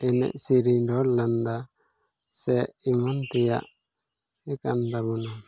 ᱮᱱᱮᱡ ᱥᱮᱨᱮᱧ ᱨᱚᱲ ᱞᱟᱸᱫᱟ ᱥᱮ ᱮᱢᱟᱱ ᱛᱮᱭᱟᱜ ᱜᱮ ᱠᱟᱱ ᱛᱟᱵᱚᱱᱟ